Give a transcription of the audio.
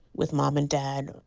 with mom and dad.